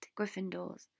Gryffindor's